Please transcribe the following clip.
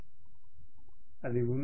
professor అది ఉంది